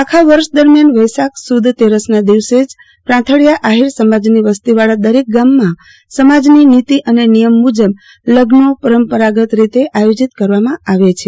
આખા વર્ષ દરમ્યાન વૈશાખ સુદ તેરસના દિવસે જ પ્રાંથળીયા આહિર સમાજની વસ્તીવાળા દરેક ગામમાં સમાજની નિતી અને નિયમ મુજબ લઝ્નો પરંપરાગત રીતે આયોજીત કરવામાં આવે છે